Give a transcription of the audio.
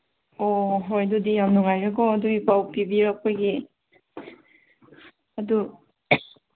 ꯑꯣ ꯍꯣꯏ ꯑꯗꯨꯗꯤ ꯌꯥꯝ ꯅꯨꯡꯉꯥꯏꯔꯦꯀꯣ ꯑꯗꯨꯒꯤ ꯄꯥꯎ ꯄꯤꯕꯤꯔꯛꯄꯒꯤ ꯑꯗꯨ